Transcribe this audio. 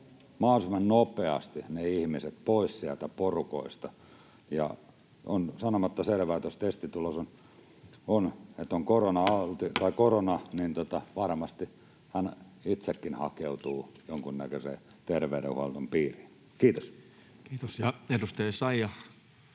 mahdollisimman nopeasti ne ihmiset pois sieltä porukoista. Ja on sanomatta selvää, että jos testitulos on korona, niin varmasti ihminen itsekin hakeutuu jonkunnäköisen terveydenhuollon piiriin. — Kiitos. Kiitos. — Ja edustaja